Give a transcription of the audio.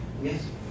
Yes